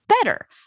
better